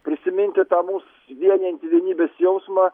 prisiminti tą mus vienijantį vienybės jausmą